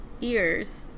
ears